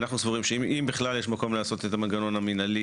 אנחנו סבורים שאם בכלל יש מקום לעשות את המנגנון המנהלי,